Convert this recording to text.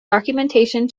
documentation